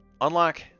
unlock